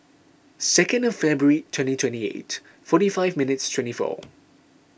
second Febuary twenty twenty eight forty five minutes twenty four